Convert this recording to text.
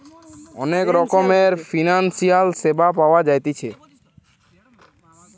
অনেক রকমের ফিনান্সিয়াল সেবা পাওয়া জাতিছে